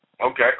Okay